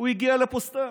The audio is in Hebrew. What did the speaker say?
הוא הגיע לפה סתם.